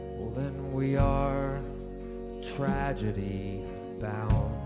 then we are tragedy bound